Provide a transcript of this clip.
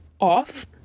off